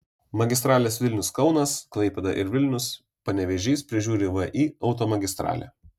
magistrales vilnius kaunas klaipėda ir vilnius panevėžys prižiūri vį automagistralė